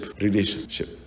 relationship